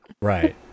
Right